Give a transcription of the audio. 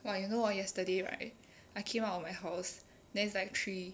!wah! you know hor yesterday right I came out of my house then is like three